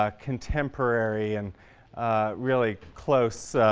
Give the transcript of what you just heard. ah contemporary, and really close